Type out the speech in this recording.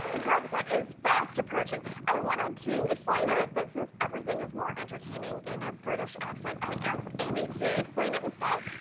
brexit is fast approaching. i wanted to explain it. but since everything is more entertaining in a british accent, i asked amy to explain it instead.